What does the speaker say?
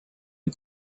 you